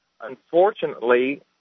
Unfortunately